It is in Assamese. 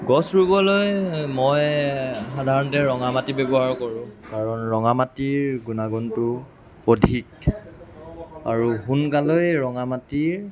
গছ ৰুবলৈ মই সাধাৰণতে ৰঙা মাটি ব্যৱহাৰ কৰোঁ কাৰণ ৰঙা মাটিৰ গুণাগুণটো অধিক আৰু সোনকালেই ৰঙা মাটিৰ